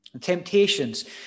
Temptations